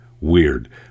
Weird